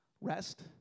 Rest